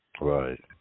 Right